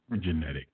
genetic